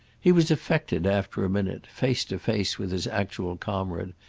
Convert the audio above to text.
he was affected after a minute, face to face with his actual comrade,